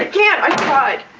i can't. i tried